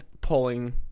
pulling